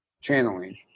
channeling